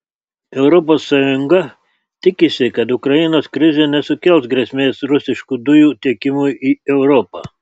europos sąjunga tikisi kad ukrainos krizė nesukels grėsmės rusiškų dujų tiekimui į europą